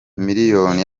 miliyoni